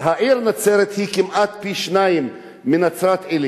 העיר נצרת היא כמעט פי-שניים מנצרת-עילית,